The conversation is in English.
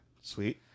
Sweet